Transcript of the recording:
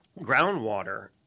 groundwater